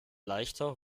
leichter